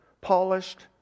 polished